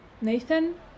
Nathan